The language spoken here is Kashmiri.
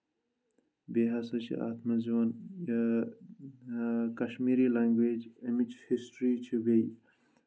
بیٚیہِ ہَسا چھِ اَتھ منٛز یِوَان کشمیٖری لنٛگویج اَمِچ ہِسٹری چھِ بیٚیہِ